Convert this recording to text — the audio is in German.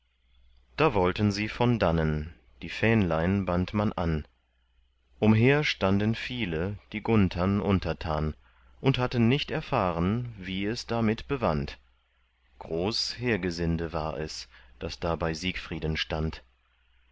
da wollten sie von dannen die fähnlein band man an umher standen viele die gunthern untertan und hatten nicht erfahren wie es damit bewandt groß heergesinde war es das da bei siegfrieden stand